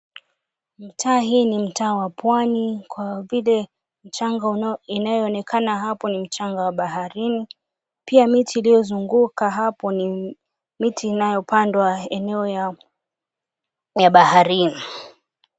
Mtaa hii ni mtaa wa pwani kwa vile mchanga inayoonekana hapo ni mchanga wa baharini, pia miti iliyozunguka hapo ni miti inayopandwa eneo ya baharini.